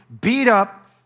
beat-up